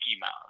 Mouse